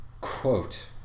Quote